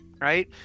right